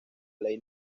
ley